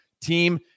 team